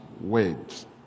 words